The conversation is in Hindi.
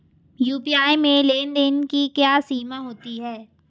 यू.पी.आई में लेन देन की क्या सीमा होती है?